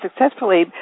successfully